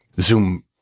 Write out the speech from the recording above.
zoom